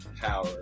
power